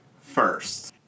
first